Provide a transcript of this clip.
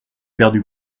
perdu